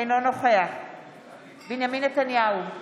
אינו נוכח בנימין נתניהו,